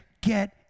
get